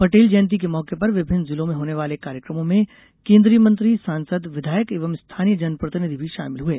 पटेल जयंती के मौके पर विभिन्न जिलों में होने वाले कार्यक्रमों में केन्द्रीय मंत्री सांसद विधायक एवं स्थानीय जनप्रतिनिधि भी शामिल हुए